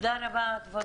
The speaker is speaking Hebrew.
תודה רבה, כבוד